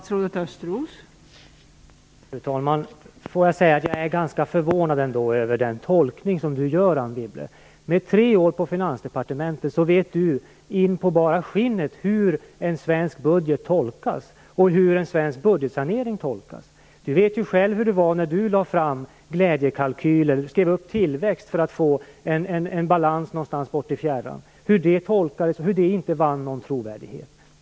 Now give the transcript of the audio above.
Fru talman! Får jag säga att jag är ganska förvånad över den tolkning som Anne Wibble gör. Med tre år på Finansdepartementet vet hon in på bara skinnet hur en svensk budget tolkas och hur en svensk budgetsanering tolkas. Anne Wibble vet själv hur det var när hon lade fram glädjekalkyler, där hon skrev upp tillväxt för att få en balans någonstans i fjärran, och hur det tolkades och inte vann någon trovärdighet.